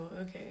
okay